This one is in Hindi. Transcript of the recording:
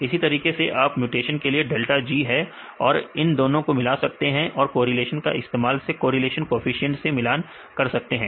इसी तरीके से आपके पास म्यूटेशन के लिए डेल्टा G है फिर आप इन दोनों को मिला सकते हैं और कोरिलेशन के इस्तेमाल से या कॉरिलेशन कॉएफिशिएंट से मिलान कर सकते हैं